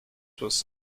was